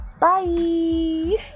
Bye